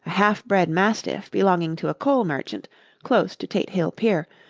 half-bred mastiff belonging to a coal merchant close to tate hill pier,